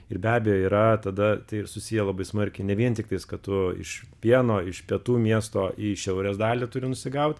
ir be abejo yra tada tai susiję labai smarkiai ne vien tiktais kad tu iš pieno iš pietų miesto į šiaurės dalį turi nusigaut